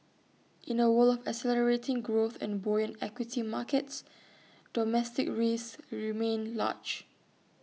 in A world of accelerating growth and buoyant equity markets domestic risks remain large